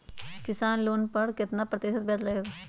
किसान लोन लेने पर कितना प्रतिशत ब्याज लगेगा?